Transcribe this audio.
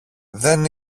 δεν